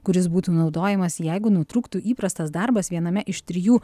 kuris būtų naudojamas jeigu nutrūktų įprastas darbas viename iš trijų